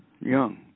young